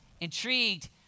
intrigued